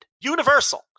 Universal